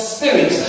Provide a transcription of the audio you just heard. Spirit